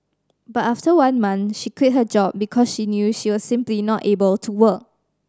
but after just one month she quit her job because she knew she was simply not able to work